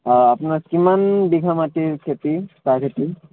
অঁ আপোনাৰ কিমান বিঘা মাটিৰ খেতি চাহ খেতি